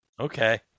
Okay